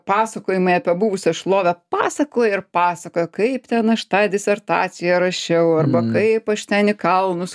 pasakojimai apie buvusią šlovę pasakoja ir pasakoja kaip ten aš tą disertaciją rašiau arba kaip aš ten į kalnus